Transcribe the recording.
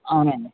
అవునండి